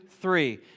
three